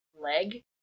Leg